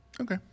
Okay